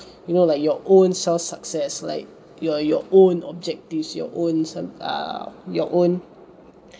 you know like your own self success like your your own objectives your own some uh your own